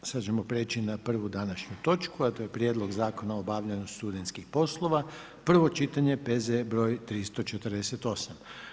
Sada ćemo prijeći na prvu današnju točku, a to je: - Prijedlog zakona o obavljanju studentskih poslova, prvo čitanje, P.Z. broj 348.